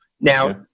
Now